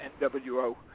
NWO